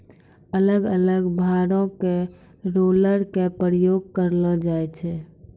अलग अलग भारो के रोलर के प्रयोग करलो जाय छै